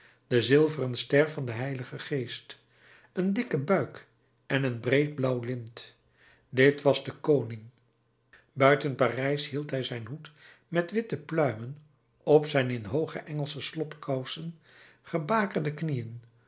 de zilveren ster van den h geest een dikken buik en een breed blauw lint dit was de koning buiten parijs hield hij zijn hoed met witte pluimen op zijn in hooge engelsche slobkousen gebakerde knieën